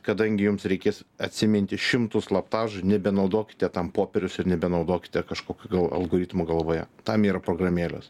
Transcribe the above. kadangi jums reikės atsiminti šimtus slaptažodžių nebenaudokite tam popieriaus ir nebenaudokite kažkokių algoritmų galvoje tam yra programėlės